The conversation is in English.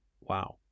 Wow